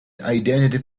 identity